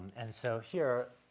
and so here,